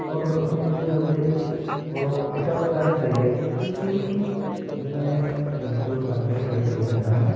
और उस में भी मुझे वो एटोस गाड़ी चाहिए क्योंकि उस में मैं बिल्कुल परफेक्ट बैठ के जाता हूँ